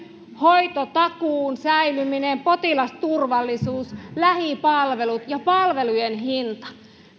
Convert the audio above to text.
hoitotakuun säilyminen potilasturvallisuus lähipalvelut ja palvelujen hinta